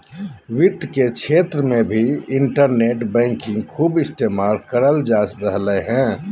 वित्त के क्षेत्र मे भी इन्टरनेट बैंकिंग खूब इस्तेमाल करल जा रहलय हें